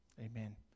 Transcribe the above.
Amen